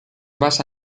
basa